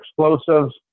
explosives